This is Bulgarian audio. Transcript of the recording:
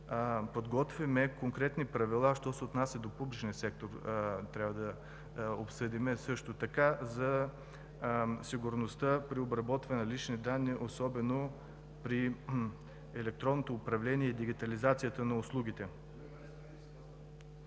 подготвим конкретни правила що се отнася до публичния сектор. Трябва да обсъдим също и въпроса за сигурността при обработване на лични данни, особено при електронното управление и дигитализацията на услугите.